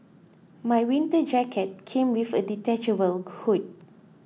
my winter jacket came with a detachable hood